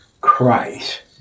Christ